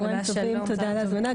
תודה על ההזמנה,